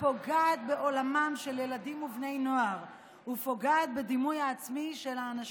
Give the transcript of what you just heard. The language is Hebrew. פוגעת בעולמם של ילדים ובני נוער ופוגעת בדימוי העצמי של אנשים.